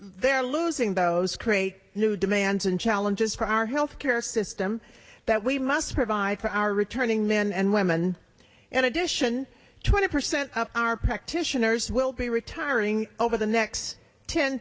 their losing those create new demands and challenges for our health care system that we must provide for our returning men and women in addition twenty percent of our practitioners will be retiring over the next ten